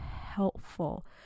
helpful